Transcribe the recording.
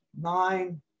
Nine